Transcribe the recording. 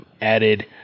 added